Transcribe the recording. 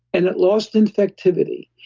and it lost infectivity.